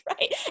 Right